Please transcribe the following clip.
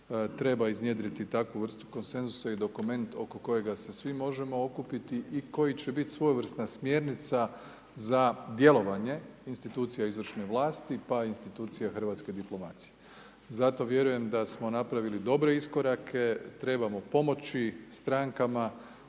treba iznjedriti takvu vrstu konsenzusa i dokument oko kojega se svi možemo okupiti, i koji će biti svojevrsna smjernica za djelovanje institucija izvršne vlasti, pa institucija hrvatske diplomacije. Zato vjerujem da smo napravili dobre iskorake, trebamo pomoći strankama